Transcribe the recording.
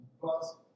plus